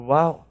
Wow